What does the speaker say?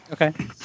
Okay